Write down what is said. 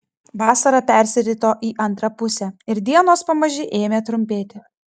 vasara persirito į antrą pusę ir dienos pamaži ėmė trumpėti